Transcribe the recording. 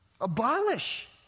Abolish